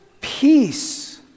peace